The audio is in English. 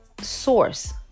source